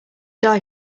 die